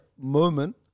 moment